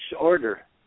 order